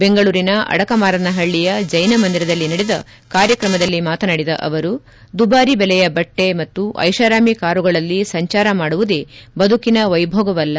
ಬೆಂಗಳೂರಿನ ಅಡಕಮಾರನಪಳ್ಳಿಯ ಜೈನ ಮಂದಿರದಲ್ಲಿ ನಡೆದ ಕಾರ್ಯಕ್ರಮದಲ್ಲಿ ಮಾತನಾಡಿದ ಅವರು ದುಬಾರಿ ಬೆಲೆಯ ಬಟ್ಟೆಧರಿಸುವುದು ಮತ್ತು ಐಷಾರಾಮಿ ಕಾರುಗಳಲ್ಲಿ ಸಂಜಾರ ಮಾಡುವುದೇ ಬದುಕಿನ ವೈಭವವಲ್ಲ